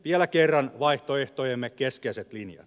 vielä kerran vaihtoehtojemme keskeiset linjat